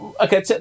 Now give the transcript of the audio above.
Okay